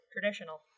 Traditional